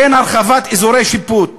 אין הרחבת אזורי שיפוט,